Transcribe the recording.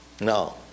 No